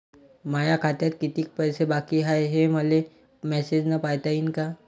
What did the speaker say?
माया खात्यात कितीक पैसे बाकी हाय, हे मले मॅसेजन पायता येईन का?